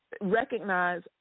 recognize